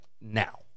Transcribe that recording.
Now